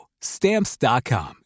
Stamps.com